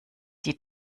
die